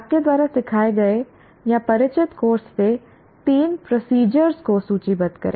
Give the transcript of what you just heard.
आपके द्वारा सिखाए गए या परिचित कोर्स से तीन प्रोसीजर्स को सूचीबद्ध करें